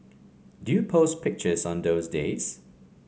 do you post pictures on those days